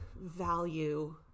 value